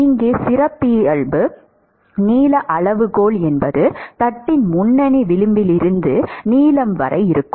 இங்கே சிறப்பியல்பு நீள அளவுகோல் என்பது தட்டின் முன்னணி விளிம்பிலிருந்து நீளம் வரை இருக்கும்